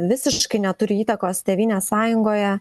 visiškai neturi įtakos tėvynės sąjungoje